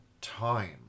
time